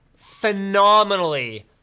Phenomenally